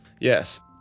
Yes